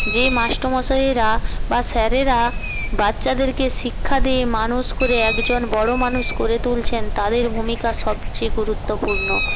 যে মাস্টারমশায়েরা বা স্যারেরা বাচ্চাদেরকে শিক্ষা দিয়ে মানুষ করে একজন বড় মানুষ করে তুলছেন তাদের ভূমিকা সবচেয়ে গুরুত্বপূর্ণ